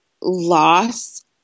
loss